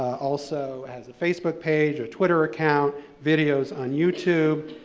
also has a facebook page, a twitter account, videos on youtube,